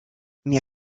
mais